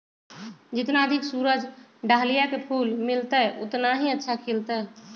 जितना अधिक सूरज डाहलिया के फूल मिलतय, उतना ही अच्छा खिलतय